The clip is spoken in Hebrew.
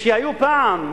והיו פעם,